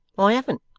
i haven't